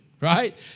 Right